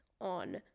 on